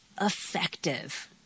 effective